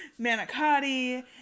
manicotti